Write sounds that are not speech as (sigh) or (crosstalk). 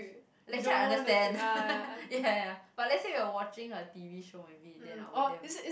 lecture I understand (laughs) ya ya but let's say we are watching a t_v show maybe then I will wake them